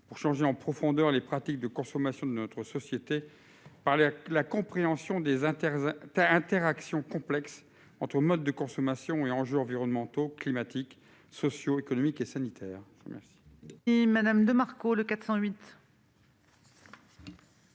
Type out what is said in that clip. pour changer en profondeur les pratiques de consommation de notre société, en favorisant la compréhension des interactions complexes entre les modes de consommation et les enjeux environnementaux, climatiques, sociaux, économiques et sanitaires. L'amendement n° 408,